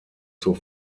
zur